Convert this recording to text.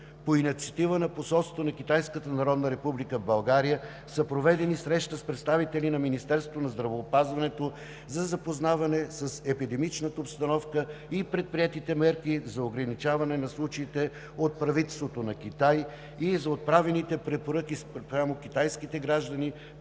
на Китайската народна република в България е проведена среща с представители на Министерството на здравеопазването за запознаване с епидемичната обстановка и предприетите мерки за ограничаване на случаите от правителството на Китай и за отправените препоръки спрямо китайските граждани,